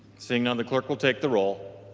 seeing none the clerk will take the roll.